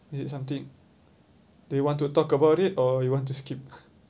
is it something do you want to talk about it or you want to skip